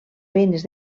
feines